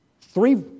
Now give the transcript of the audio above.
three